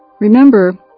Remember